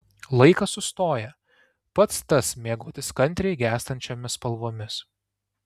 laikas sustoja pats tas mėgautis kantriai gęstančiomis spalvomis